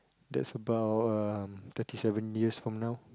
that's about um thirty seven years from now